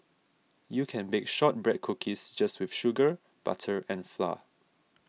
you can bake Shortbread Cookies just with sugar butter and flour